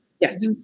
Yes